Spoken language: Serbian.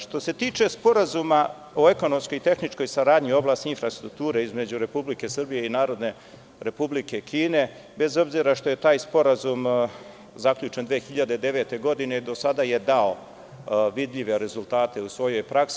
Što se tiče Sporazuma o ekonomskoj i tehničkoj saradnji u oblasti infrastrukture između Republike Srbije i Narodne Republike Kine, bez obzira što je taj sporazum zaključen 2009. godine, do sada je dao vidljive rezultate u svojoj praksi.